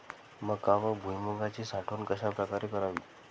मका व भुईमूगाची साठवण कशाप्रकारे करावी?